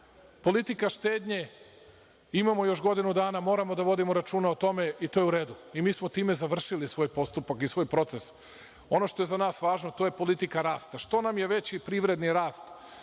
politika štednje. Imamo još godinu dana. Moramo da vodimo računa o tome. I to je u redu. Mi smo tim završili svoj postupak, svoj proces. Ono što je za nas važno to je politika rasta. Što nam je veći privredni rast,